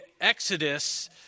Exodus